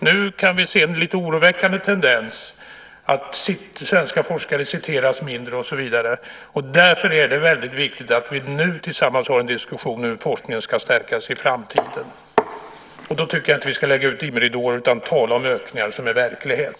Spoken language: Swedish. Nu kan vi se en lite oroväckande tendens, att svenska forskare citeras mindre och så vidare. Därför är det väldigt viktigt att vi nu tillsammans för en diskussion om hur forskningen ska stärkas i framtiden. Då tycker jag inte att vi ska lägga ut dimridåer utan tala om ökningar som en verklighet.